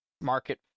market